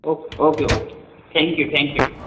okay okay okay thank you thank you